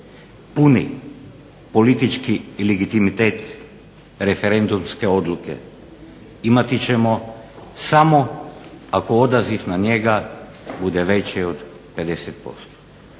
Puni politički legitimitet referendumske odluke imati ćemo samo ako odaziv na njega bude veći od 50%.